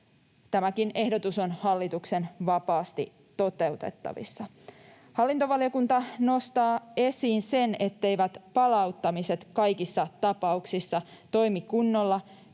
Tämäkin ehdotus on hallituksen vapaasti toteutettavissa. Hallintovaliokunta nostaa esiin sen, etteivät palauttamiset kaikissa tapauksissa toimi kunnolla